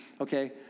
Okay